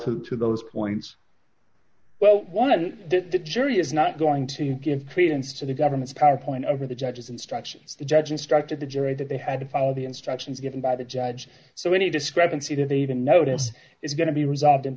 to to those points well one of them did the jury is not going to give credence to the government's power point over the judge's instructions the judge instructed the jury that they had to follow the instructions given by the judge so any discrepancy did they even notice it's going to be resolved in